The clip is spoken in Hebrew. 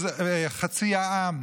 חצי העם